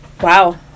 Wow